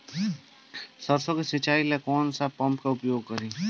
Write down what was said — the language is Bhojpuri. सरसो के सिंचाई ला कौन सा पंप उपयोग करी?